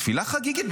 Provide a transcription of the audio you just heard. תפילה חגיגית,